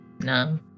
No